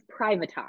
privatized